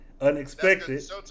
unexpected